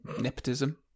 Nepotism